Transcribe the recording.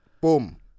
boom